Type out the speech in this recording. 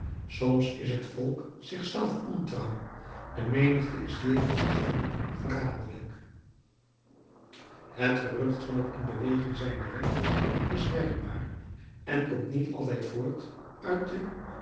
soms is het volk zich zelf ontrouw de menigte is jegens het volk verraderlijk het gerucht van het in beweging zijnde recht is merkbaar en komt niet altijd voort uit de